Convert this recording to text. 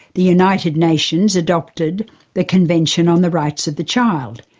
the united nations' adopted the convention on the rights of the child,